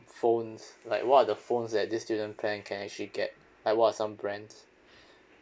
phones like what are the phones that this student plan can actually get like what are some brands